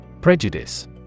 prejudice